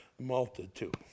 multitude